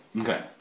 Okay